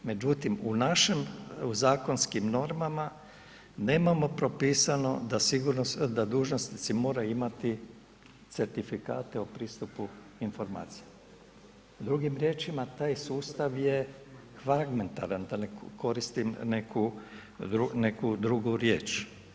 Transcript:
Međutim u našim zakonskim normama nemamo propisano da dužnosnici moraju imati certifikate o pristupu informacijama, drugim riječima taj sustav je fragmentaran da ne koristim neku drugu riječ.